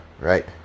right